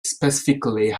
specifically